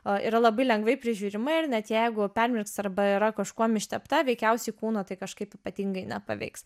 yra labai lengvai prižiūrima ir net jeigu permirks arba yra kažkuom ištepta veikiausiai kūno tai kažkaip ypatingai nepaveiks